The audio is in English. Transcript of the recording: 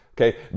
Okay